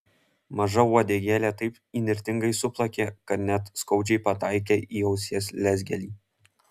maža uodegėlė taip įnirtingai suplakė kad net skaudžiai pataikė į ausies lezgelį